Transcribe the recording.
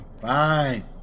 Fine